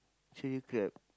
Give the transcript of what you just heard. chilli crab